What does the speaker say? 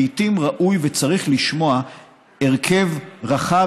לעיתים ראוי וצריך לשמוע הרכב רחב